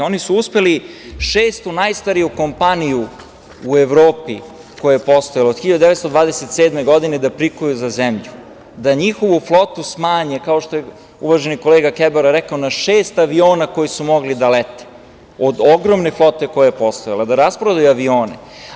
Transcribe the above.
Oni su uspeli šestu najstariju kompaniju u Evropi, koja je postojala od 1927. godine, da prikuju za zemlju, da njihovu flotu smanje, kao što je uvaženi kolega Kebara rekao, na šest aviona koji su mogli da lete, od ogromne flote koja je postojala, da rasprodaju avione.